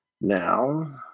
Now